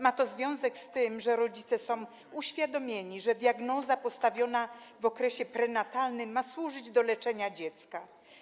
Ma to związek z tym, że rodzice są uświadomieni, że diagnoza postawiona w okresie prenatalnym ma służyć do leczenia dziecka.